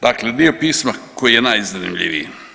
Dakle dio pisma koji je najzanimljiviji.